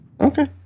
Okay